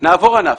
נעבור ענף.